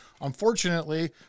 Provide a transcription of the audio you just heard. Unfortunately